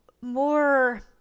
more